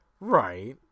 right